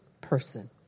person